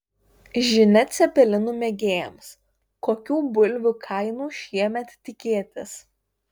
žinia cepelinų mėgėjams kokių bulvių kainų šiemet tikėtis